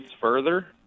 further